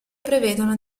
prevedono